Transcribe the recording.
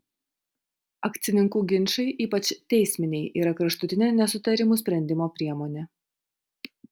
akcininkų ginčai ypač teisminiai yra kraštutinė nesutarimų sprendimo priemonė